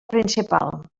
principal